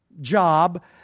job